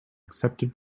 accepted